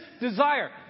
desire